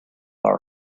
our